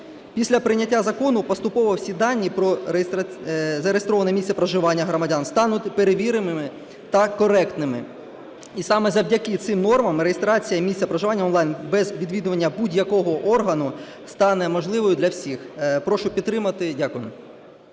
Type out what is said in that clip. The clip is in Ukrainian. Після прийняття закону поступово всі дані про зареєстроване місце проживання громадян стануть перевіреними та коректними. І саме завдяки цим нормам реєстрація місця проживання онлайн без відвідування будь-якого органу стане можливою для всіх. Прошу підтримати. Дякую.